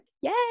Yay